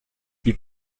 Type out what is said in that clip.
die